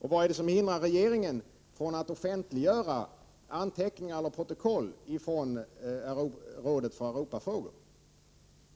Vad är det som hindrar regeringen från att offentliggöra anteckningar eller protokoll från rådet för Europafrågor?